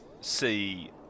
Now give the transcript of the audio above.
see